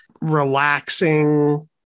relaxing